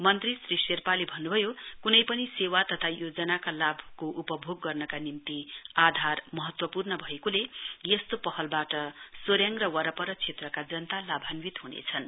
मन्त्री श्री शेर्पाले भन्नुभयो कुनै पनि सेवा तथा योजनाका लाभको उपभोग गर्नका निम्ति आधार महत्वपूर्ण भएको यस्तो पहलबाट जोरथाङ र वरपर क्षेत्रका जनता लाभान्वित हुनेछन्